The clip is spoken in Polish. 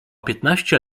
piętnaście